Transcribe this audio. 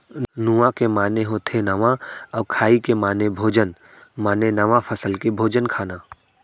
नुआ के माने होथे नवा अउ खाई के माने भोजन माने नवा फसल के भोजन खाना